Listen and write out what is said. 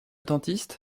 dentiste